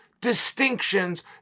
distinctions